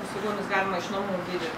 su jumis galima iš namų gydyt